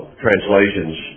translations